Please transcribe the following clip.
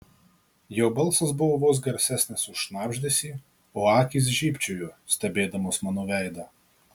jo balsas buvo vos garsesnis už šnabždesį o akys žybčiojo stebėdamos mano veidą